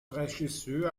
regisseur